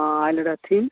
हँ आएल रहथिन